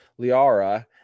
Liara